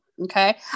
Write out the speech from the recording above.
okay